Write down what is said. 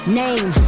name